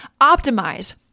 optimize